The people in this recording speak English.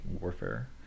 warfare